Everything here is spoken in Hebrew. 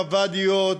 בוואדיות,